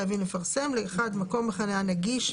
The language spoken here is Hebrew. מקום חניה נגיש,